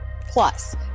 Plus